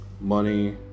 money